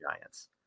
Giants